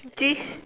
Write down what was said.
this